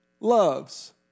loves